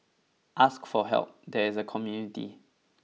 ask for help there is a community